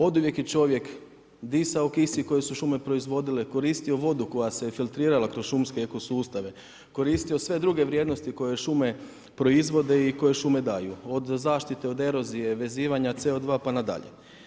Oduvijek je čovjek disao kisik koje su šume proizvodile, koristio vodu koja se filtrirala kroz šumske eko sustave, koristio sve druge vrijednosti koje šume proizvode i koje šume daju od zaštite od erozije, vezivanja CO2 pa na dalje.